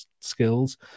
skills